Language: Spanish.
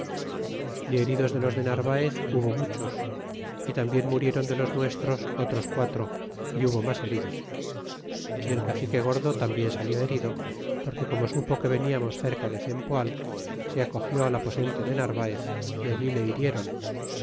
y heridos de los de narvaez hubo muchos y tambien murieron de los nuestros otros quatro y hubo mas heridos y el cacique gordo tambien salió herido porque como supo que venianios cerca de cempoal se acogió al aposento de narvaez y allí le hirieron